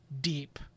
deep